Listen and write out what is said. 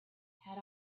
had